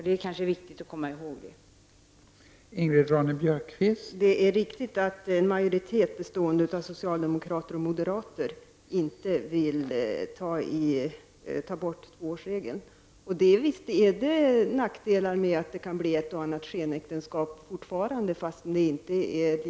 Det är kanske viktigt att komma ihåg detta.